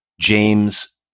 James